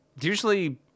Usually